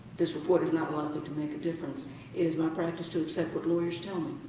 this report is not likely to make a difference, it is my practice to accept what lawyers tell me.